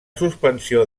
suspensió